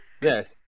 Yes